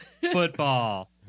Football